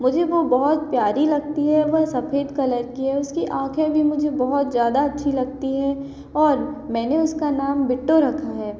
मुझे वह बहुत प्यारी लगती है वह सफेद कलर की है उसकी ऑंखें भी मुझे बहुत ज़्यादा अच्छी लगती है और मैंने उसका नाम बिट्टू रखा है